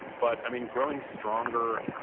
but i mean growing stronger,